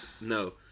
No